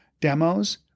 demos